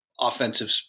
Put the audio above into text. offensive